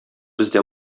бездә